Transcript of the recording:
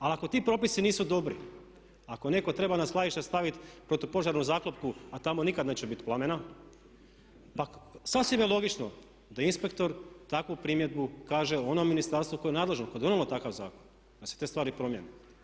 Ali ako ti propisi nisu dobri, ako netko treba na skladište staviti protupožarnu zaklopku a tamo nikad neće biti plamena pa sasvim je logično da inspektor takvu primjedbu kaže onom ministarstvu koje je nadležno i koje je donijelo takav zakon da se te stvari promijene.